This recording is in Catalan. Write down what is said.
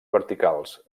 verticals